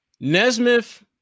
Nesmith